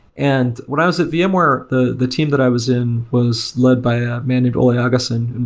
and when i was at vmware, the the team that i was in was led by a man named ole agesen, and